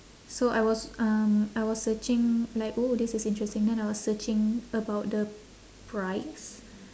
so I was um I was searching like oh this is interesting then I was searching about the price